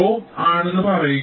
ആണെന്ന് പറയുക